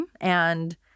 And-